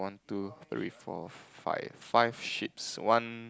one two three four five five sheeps one